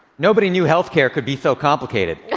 nobody knew health care could be so complicated,